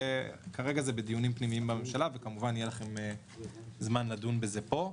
כרגע זה בדיונים פנימיים בממשלה וכמובן יהיה לכם זמן לדון בזה פה.